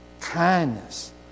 kindness